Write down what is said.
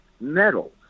metal